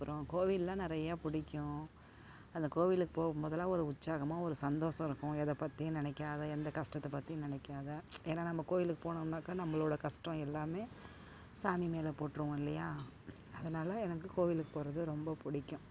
அப்புறம் கோவில்லாம் நிறையா பிடிக்கும் அந்த கோவிலுக்கு போகும்போதெல்லாம் ஒரு உற்சாகமாக ஒரு சந்தோஷம் இருக்கும் எதை பற்றியும் நினைக்காத எந்த கஷ்டத்தை பற்றியும் நினைக்காத ஏன்னா நம்ம கோயிலுக்கு போனம்னாக்க நம்மளோட கஷ்டம் எல்லாமே சாமி மேலே போட்டிருவோம் இல்லையா அதனால எனக்கு கோவிலுக்குப் போகிறது ரொம்ப பிடிக்கும்